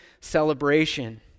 celebration